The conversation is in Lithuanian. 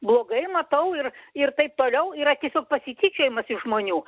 blogai matau ir ir taip toliau yra tiesiog pasityčiojimas iš žmonių